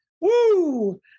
Woo